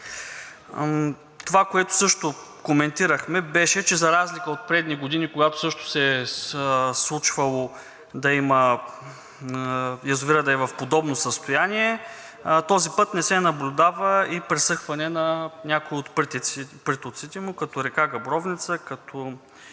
Това, което коментирахме, беше, че за разлика от предни години, когато също се е случвало язовирът да е в подобно състояние, този път не се наблюдава пресъхване на някои от притоците му, като река Габровница, като